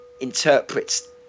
interprets